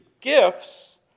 gifts